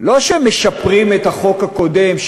לא שמשפרים את החוק הקודם,